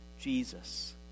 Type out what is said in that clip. Jesus